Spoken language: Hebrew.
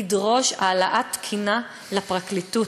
לדרוש העלאת תקינה לפרקליטות,